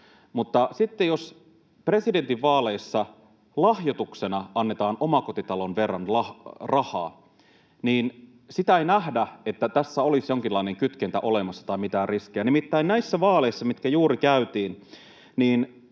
mutta sitten jos presidentinvaaleissa lahjoituksena annetaan omakotitalon verran rahaa, niin sitä ei nähdä, että tässä olisi olemassa jonkinlainen kytkentä tai mitään riskejä. Nimittäin näissä vaaleissa, mitkä juuri käytiin,